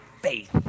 faith